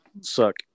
suck